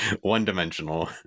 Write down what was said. One-dimensional